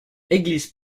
église